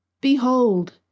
Behold